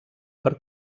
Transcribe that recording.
per